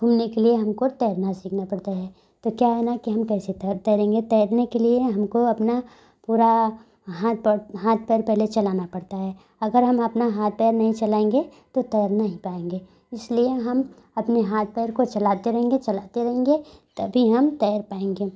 घूमने के लिए हमको तैरना सीखना पड़ता है तो क्या है न कि हम कैसे तैर तैरेंगे तैरने के लिए हमको अपना पूरा हांथ पाँव हांथ पैर पहले चलाना पड़ता है अगर हम अपना हाथ पैर नहीं चलाएंगे तो तैर नहीं पाएंगे इसलिए हम अपने हाथ पैर को चलाते रहेंगे चलाते रहेंगे तभी हम तैर पाएंगे